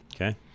Okay